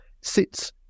sits